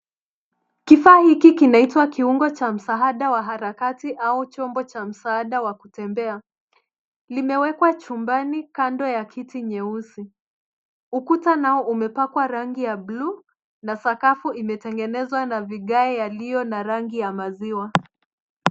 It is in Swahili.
Kifaa hiki kinaitwa kiungo cha msaada wa harakati au chombo cha msaada wa kutembea. Limewekwa chumbani kando ya kiti nyeusi. Ukuta nao umepakwa rangi ya buluu na sakafu imetengenezwa na vigae yaliyo na rangi ya maziwa.